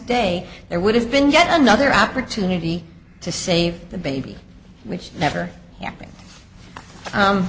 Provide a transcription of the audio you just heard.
day there would have been yet another opportunity to save the baby which never happen